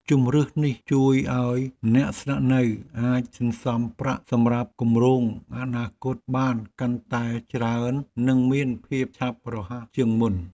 ជម្រើសនេះជួយឱ្យអ្នកស្នាក់នៅអាចសន្សំប្រាក់សម្រាប់គម្រោងអនាគតបានកាន់តែច្រើននិងមានភាពឆាប់រហ័សជាងមុន។